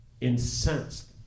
incensed